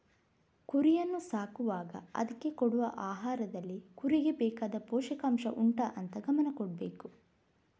ಕುರಿಯನ್ನ ಸಾಕುವಾಗ ಅದ್ಕೆ ಕೊಡುವ ಆಹಾರದಲ್ಲಿ ಕುರಿಗೆ ಬೇಕಾದ ಪೋಷಕಾಂಷ ಉಂಟಾ ಅಂತ ಗಮನ ಕೊಡ್ಬೇಕು